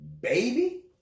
baby